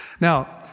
Now